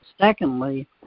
Secondly